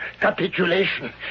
capitulation